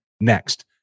next